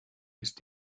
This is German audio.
ist